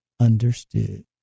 understood